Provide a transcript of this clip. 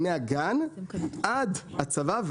מהגן עד הצבא,